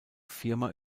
firma